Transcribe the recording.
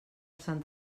sant